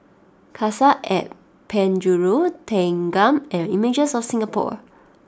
Cassia at Penjuru Thanggam and Images of Singapore